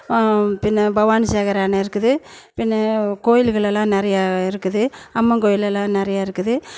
பின்னே பவானி சாகர் அணை இருக்குது பின்னே கோயில்களெல்லாம் நிறைய இருக்குது அம்மன் கோயில் எல்லாம் நிறைய இருக்குது